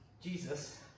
Jesus